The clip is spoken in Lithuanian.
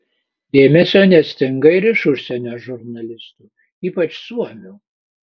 dėmesio nestinga ir iš užsienio žurnalistų ypač suomių